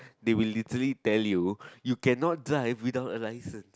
they will literally tell you you cannot drive without a license